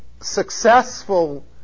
successful